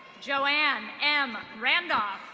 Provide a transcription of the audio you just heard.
joanne m randolph.